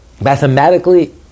mathematically